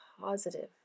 positive